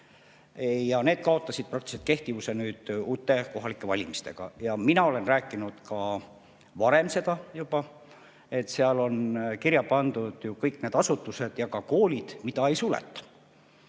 ja need kaotasid praktiliselt kehtivuse uute kohalike valimistega. Mina olen rääkinud ka varem seda, et seal on kirja pandud kõik need asutused ja koolid, mida ei suleta.